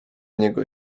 niego